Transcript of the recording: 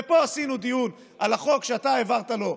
ופה עשינו דיון על החוק שאתה העברת לו,